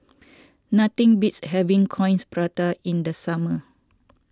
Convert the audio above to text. nothing beats having Coins Prata in the summer